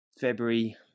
February